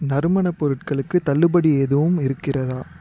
நறுமணப்பொருட்களுக்கு தள்ளுபடி எதுவும் இருக்கிறதா